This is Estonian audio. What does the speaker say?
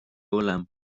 hullem